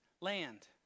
land